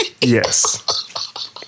Yes